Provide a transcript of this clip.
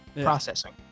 Processing